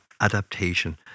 adaptation